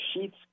Sheets